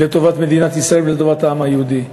לטובת מדינת ישראל וטובת העם היהודי.